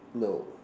no